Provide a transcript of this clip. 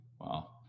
wow